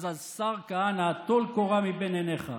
אז השר כהנא, טול קורה מבין עיניך.